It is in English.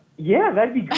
yeah, that'd be